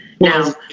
Now